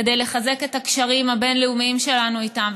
כדי לחזק את הקשרים הבין-לאומים שלנו איתם,